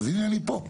אז הנה אני פה.